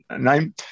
name